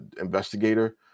investigator